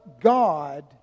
God